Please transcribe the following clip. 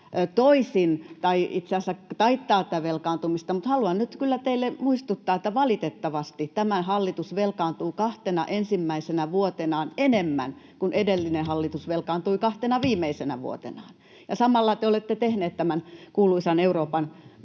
tai itse asiassa taittaa tätä velkaantumista. Mutta haluan nyt kyllä teille muistuttaa, että valitettavasti tämä hallitus velkaantuu kahtena ensimmäisenä vuotenaan enemmän kuin edellinen hallitus velkaantui kahtena viimeisenä vuotenaan ja samalla te olette tehneet tämän kuuluisan Euroopan mestaruuden